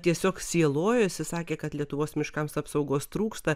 tiesiog sielojosi sakė kad lietuvos miškams apsaugos trūksta